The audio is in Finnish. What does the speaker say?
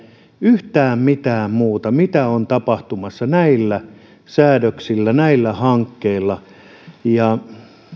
yhtään mitään mitä on tapahtumassa näillä säädöksillä näillä hankkeilla